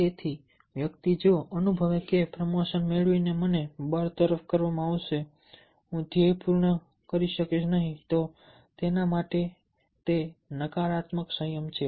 તેથી વ્યક્તિ જો તે અનુભવે છે કે પ્રમોશન મેળવીને મને બરતરફ કરવામાં આવશે હું ધ્યેય પૂર્ણ કરી શકીશ નહીં તો તેના માટે નકારાત્મક સંયમ છે